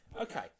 Okay